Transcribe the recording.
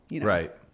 Right